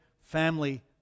family